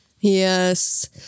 Yes